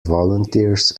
volunteers